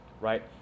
right